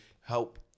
help